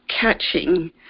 catching